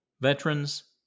Veterans